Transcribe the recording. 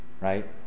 Right